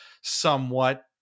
somewhat